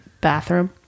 bathroom